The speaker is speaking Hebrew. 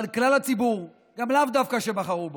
אבל כלל הציבור, גם לאו דווקא שבחרו בו,